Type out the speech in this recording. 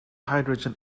hydrogen